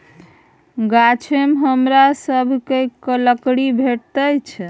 गाछसँ हमरा सभकए लकड़ी भेटैत छै